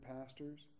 pastors